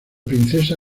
princesa